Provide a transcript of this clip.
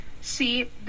See